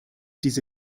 diese